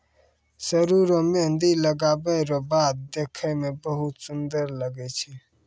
सरु रो मेंहदी लगबै रो बाद देखै मे बहुत सुन्दर लागै छै